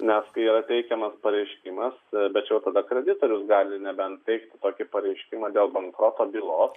nes kai yra teikiamas pareiškimas bet čia jau tada kreditorius gali nebent teikti tokį pareiškimą dėl bankroto bylos